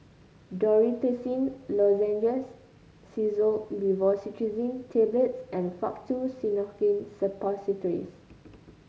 Dorithricin Lozenges Xyzal Levocetirizine Tablets and Faktu Cinchocaine Suppositories